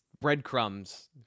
breadcrumbs